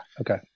Okay